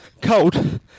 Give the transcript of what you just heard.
cold